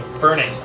burning